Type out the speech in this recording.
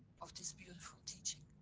of this beautiful teaching.